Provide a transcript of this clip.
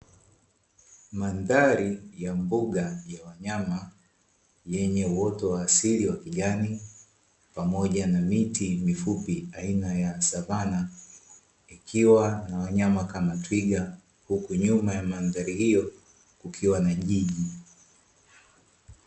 Mandhari ya mbuga ya wanyama yenye uoto wa asili wa kijani pamoja na miti mifupi aina ya savana, ikiwa na wanyama kama Twiga huku nyuma ya mandhari hiyo kukiwa na jiji.